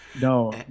No